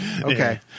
Okay